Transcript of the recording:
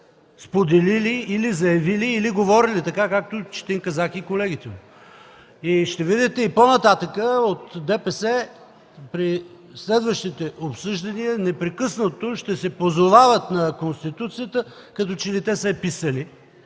споделили, или заявили, или говорили така, както Четин Казак и колегите му. (Реплики от ДПС.) Ще видите и по-нататък – от ДПС при следващите обсъждания непрекъснато ще се позовават на Конституцията, като че ли те са я писали